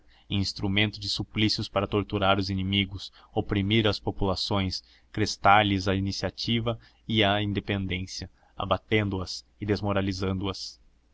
instrumento de suplícios para torturar os inimigos oprimir as populações crestar lhe a iniciativa e a independência abatendo as e desmoralizando as pelos